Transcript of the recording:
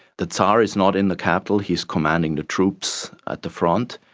the tsar is not in the capital, he's commanding the troops at the front,